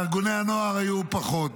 וארגוני הנוער פחות.